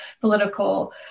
political